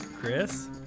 Chris